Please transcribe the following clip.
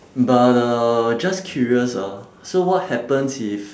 but uh just curious ah so what happens if